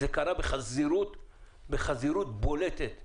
זה קרה בחזירות בולטת.